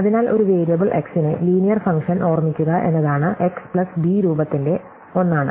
അതിനാൽ ഒരു variable x നെ ലീനിയർ ഫംഗ്ഷൻ ഓർമ്മിക്കുക എന്നത് x പ്ലസ് ബി രൂപത്തിന്റെ ഒന്നാണ്